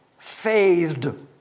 faithed